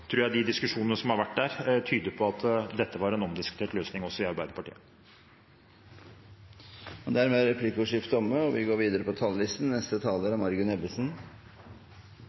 tror jeg at de diskusjonene som har vært der, tyder på at dette var en omdiskutert løsning også i Arbeiderpartiet. Replikkordskiftet er omme. Regjeringen har styrt Norge trygt gjennom en krevende tid. Nå peker pilene oppover igjen, og